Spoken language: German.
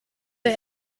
der